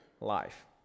life